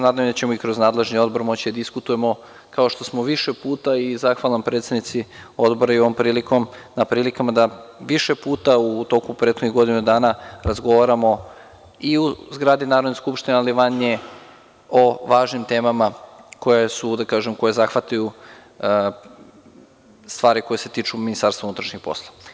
Nadam se da ćemo i kroz nadležni odbor moći da diskutujemo, kao što smo više puta i zahvalan sam predsednici odbora i ovom prilikom, na prilikama da više puta u toku prethodnih godina dana razgovaramo i u zgradi Narodna skupština Republike Srbije, ali i van nje o važnim temama koje zahvataju stvari koje se tiču MUP.